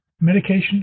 medication